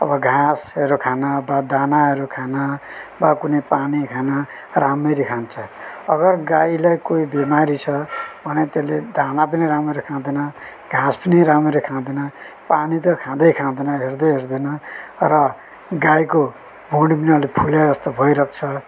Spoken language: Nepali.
अब घाँसहरू खान वा दानाहरू खान वा कुनै पानी खान राम्ररी खान्छ अगर गाईलाई कोही बिमारी छ भने त्यसले दाना पनि राम्ररी खाँदैन घाँस पनि राम्ररी खाँदैन पानी त खाँदै खाँदैन हेर्दै हेर्दैन र गाईको भुँडी पनि अलि फुल्लिएको जस्तो भइरहन्छ